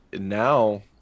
now